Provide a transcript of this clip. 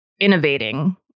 innovating